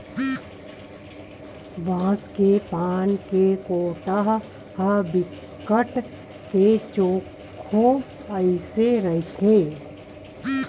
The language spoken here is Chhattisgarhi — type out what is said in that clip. बांस के पाना के कोटा ह बिकट के चोक्खू अइसने रहिथे